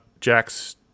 Jack's